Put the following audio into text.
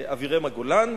אבירמה גולן,